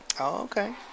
okay